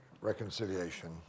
reconciliation